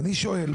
ואני שואל,